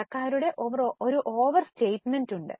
കടക്കാരുടെ ഒരു over statement ഉണ്ട്